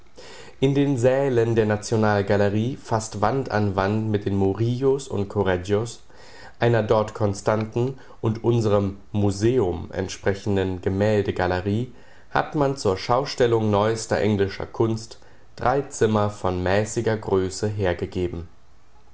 in den sälen der national galerie fast wand an wand mit den murillos und correggios einer dort konstanten und unserem museum entsprechenden gemälde galerie hat man zur schaustellung neuester englischer kunst drei zimmer von mäßiger größe hergegeben